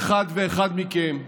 מכם,